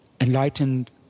enlightened